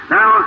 Now